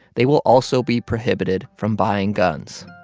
they will also be prohibited from buying guns,